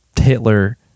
hitler